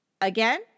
Again